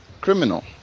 criminal